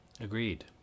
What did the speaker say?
Agreed